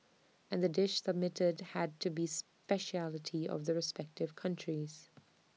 and the dish submitted had to be speciality of the respective countries